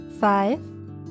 five